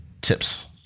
tips